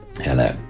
Hello